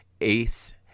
ACE